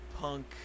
punk